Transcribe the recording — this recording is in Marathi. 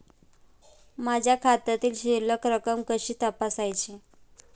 माझ्या खात्यामधील शिल्लक रक्कम कशी तपासायची?